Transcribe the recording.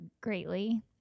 greatly